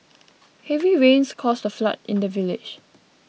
heavy rains caused a flood in the village